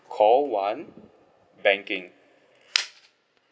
call one banking